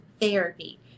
therapy